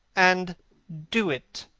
and do it.